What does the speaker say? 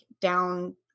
down